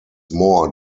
more